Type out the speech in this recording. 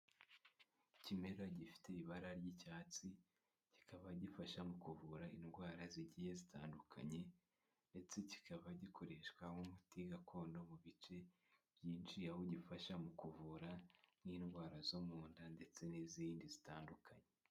Ikimera gifite ibara ry'icyatsi kikaba gifasha mu kuvura indwara zigiye zitandukanye ndetse kikaba gikoreshwa nk'umuti gakondo mu bice byinshi aho gifasha mu kuvura n'indwara zo mu nda ndetse n'izindi zitandukanye.